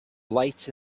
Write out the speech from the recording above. lights